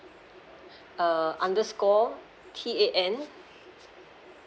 err underscore T A N